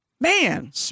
Man